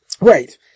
Right